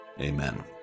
Amen